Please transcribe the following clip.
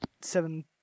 seven